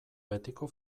betiko